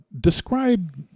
Describe